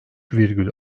virgül